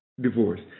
divorce